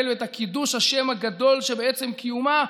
ואת קידוש השם הגדול שבעצם קיומה,